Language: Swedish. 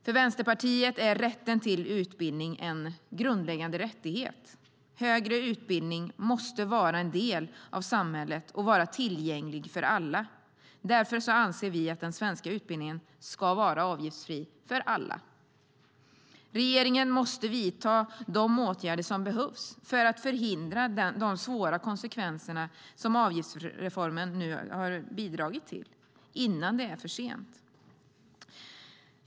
För Vänsterpartiet är rätten till utbildning en grundläggande rättighet. Högre utbildning måste vara en del av samhället och vara tillgänglig för alla. Därför anser vi att den svenska utbildningen ska vara avgiftsfri för alla. Regeringen måste vidta de åtgärder som behövs för att förhindra de svåra konsekvenser som avgiftsreformen har bidragit till - innan det är för sent.